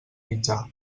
mitjà